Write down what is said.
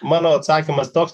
mano atsakymas toks